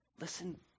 listen